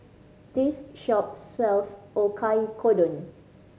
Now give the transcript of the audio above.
this shop sells Oyakodon